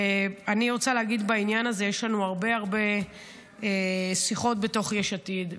אני רוצה להגיד שבעניין הזה יש לנו הרבה הרבה שיחות בתוך יש עתיד.